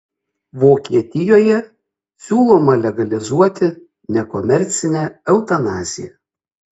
vokietijoje siūloma legalizuoti nekomercinę eutanaziją